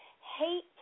hate